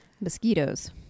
Mosquitoes